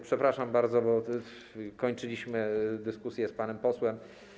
Przepraszam bardzo, bo kończyliśmy dyskusję z panem posłem.